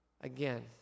again